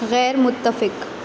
غیرمتفق